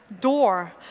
door